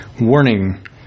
Warning